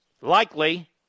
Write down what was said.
likely